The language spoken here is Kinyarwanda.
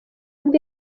ubwo